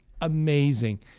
amazing